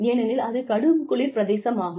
ஏனெனில் அது கடும் குளிர் பிரதேசம் ஆகும்